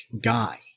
guy